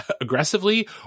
aggressively